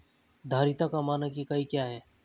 धारिता का मानक इकाई क्या है?